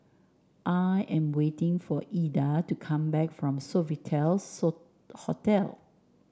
I am waiting for Eda to come back from Sofitel So Hotel